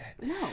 No